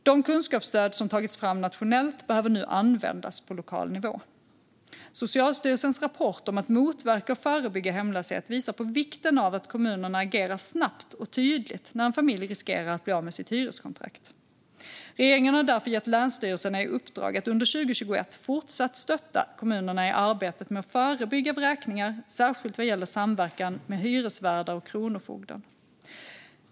De kunskapsstöd som tagits fram nationellt behöver nu användas på lokal nivå. Socialstyrelsens rapport om att motverka och förebygga hemlöshet visar på vikten av att kommunerna agerar snabbt och tydligt när en familj riskerar att bli av med sitt hyreskontrakt. Regeringen har därför gett länsstyrelserna i uppdrag att under 2021 fortsatt stötta kommunerna i arbetet med att förebygga vräkningar, särskilt vad gäller samverkan med hyresvärdar och Kronofogden.